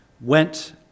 went